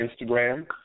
Instagram